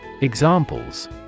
Examples